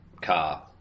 car